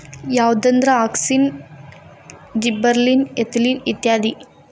ಯಾವಂದ್ರ auxin, gibberellin, ethylene ಇತ್ಯಾದಿ